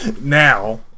Now